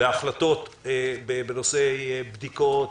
וההחלטות לגבי בדיקות,